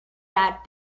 that